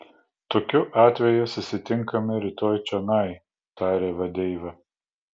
tokiu atveju susitinkame rytoj čionai tarė vadeiva